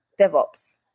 DevOps